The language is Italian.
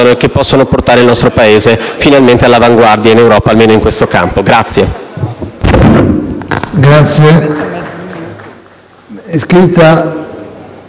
che può portare il nostro Paese finalmente all'avanguardia in Europa, almeno in questo campo.